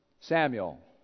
Samuel